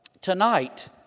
tonight